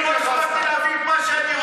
להגיד מה שאני רוצה,